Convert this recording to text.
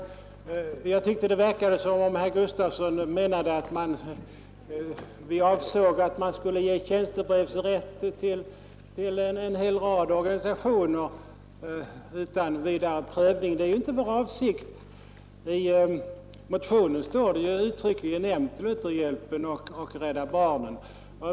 Jag tyckte det verkade som om herr Gustafson menade att vi avsåg att man utan vidare prövning skulle ge tjänstebrevsrätt till en rad organisationer. Det är inte vår avsikt. I motionen nämns uttryckligen Lutherhjälpen och Rädda barnen.